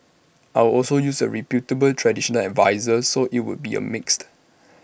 I'd also use A reputable traditional adviser so IT would be A mix